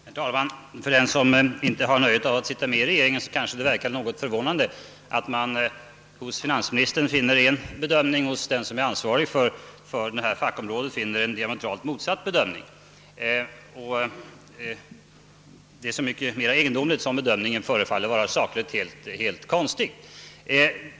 Herr talman! För den som inte har nöjet att sitta med i regeringen kan det vara något förvånande att hos finansministern finna en bedömning och hos den som är ansvarig för ifrågavarande fackområde en diametralt motsatt bedömning. Det är så mycket mera förvånande som finansministerns bedömning sakligt sett förefaller mycket konstig.